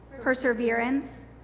perseverance